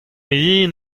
yen